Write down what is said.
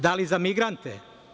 Da li za migrante?